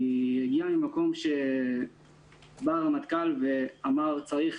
היא הגיעה ממקום שבא הרמטכ"ל ואמר שצריך